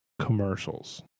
commercials